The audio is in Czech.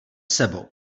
sebou